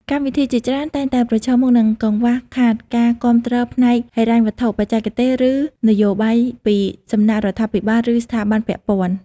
កម្មវិធីជាច្រើនតែងតែប្រឈមមុខនឹងកង្វះខាតការគាំទ្រផ្នែកហិរញ្ញវត្ថុ បច្ចេកទេស ឬនយោបាយពីសំណាក់រដ្ឋាភិបាល ឬស្ថាប័នពាក់ព័ន្ធ។